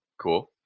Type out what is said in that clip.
cool